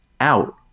out